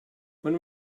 when